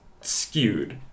skewed